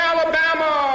Alabama